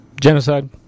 Genocide